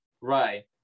right